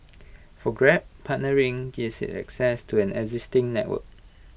for grab partnering gives IT access to an existing network